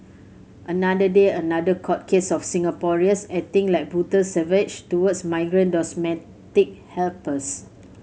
another day another court case of Singaporeans acting like brutal savage towards migrant domestic helpers